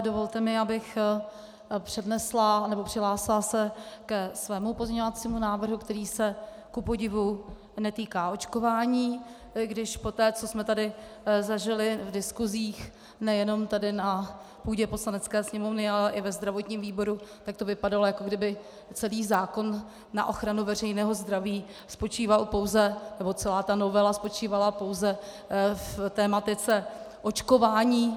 Dovolte mi, abych se přihlásila ke svému pozměňovacímu návrhu, který se kupodivu netýká očkování, když poté, co jsme zažili v diskusích nejenom tady na půdě Poslanecké sněmovny, ale i ve zdravotním výboru, tak to vypadalo, jako kdyby celý zákon na ochranu veřejného zdraví spočíval pouze, nebo celá ta novela spočívala pouze v tematice očkování.